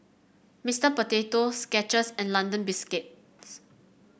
Mister Potato Skechers and London Biscuits